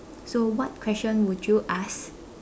so what question would you ask